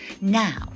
Now